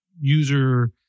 user